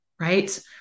right